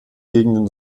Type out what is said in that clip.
gegenden